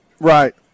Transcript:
Right